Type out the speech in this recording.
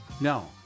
No